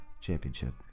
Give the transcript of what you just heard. Championship